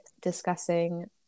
discussing